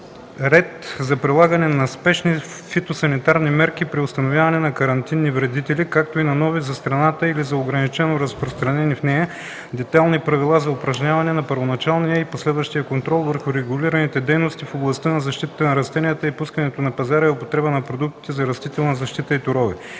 ред за прилагане на спешни фитосанитарни мерки при установяване на карантинни вредители, които са нови за страната или са ограничено разпространени в нея, детайлни правила за упражняване на първоначалния и последващия контрол върху регулираните дейности в областта на защитата на растенията и пускането на пазара и употребата на продукти за растителна защита и торове.